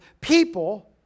people